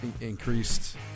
increased